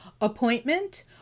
appointment